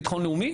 לאומי,